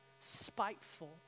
spiteful